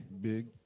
Big